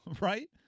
right